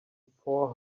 four